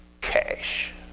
cash